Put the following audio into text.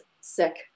sick